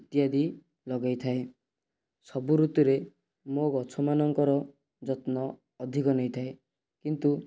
ଇତ୍ୟାଦି ଲଗେଇଥାଏ ସବୁ ଋତୁରେ ମୋ ଗଛ ମାନଙ୍କର ଯତ୍ନ ଅଧିକ ନେଇଥାଏ କିନ୍ତୁ